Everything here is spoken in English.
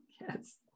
yes